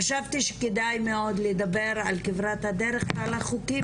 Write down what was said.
חשבתי שכדאי מאוד לדבר על כברת הדרך ועל החוקים